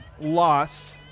loss